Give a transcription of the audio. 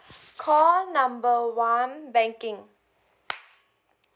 call number one banking